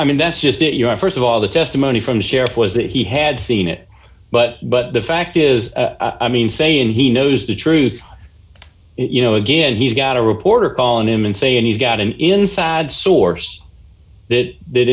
i mean that's just your st of all the testimony from the sheriff was that he had seen it but but the fact is i mean saying he knows the truth you know again he's got a reporter calling him and say and he's got an inside source that that